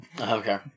Okay